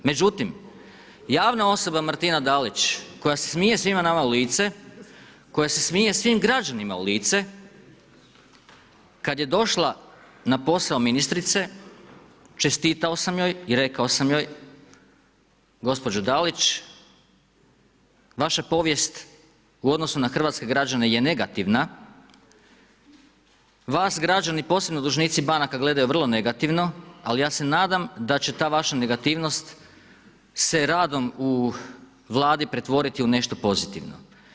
Međutim, javna osoba Martina Dalić koja se smije svima nama u lice, koja se smije svim građanima u lice, kad je došla na posao ministrice čestitao sam joj i rekao sam joj gospođo Dalić vaša povijest u odnosu na hrvatske građane je negativna, vas građani posebno dužnici banaka gledaju vrlo negativno, ali ja se nadam da će ta vaša negativnost se radom u Vladi pretvoriti u nešto pozitivno.